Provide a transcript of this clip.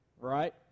right